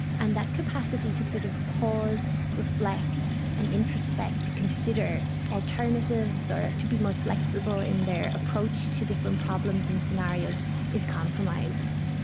and that capacity to sort of pause, reflect and introspect, to consider alternatives or to be more flexible in their approach to different problems and scenarios is compromised.